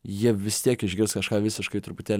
jie vis tiek išgirs kažką visiškai truputėlį